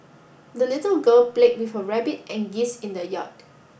the little girl played with her rabbit and geese in the yard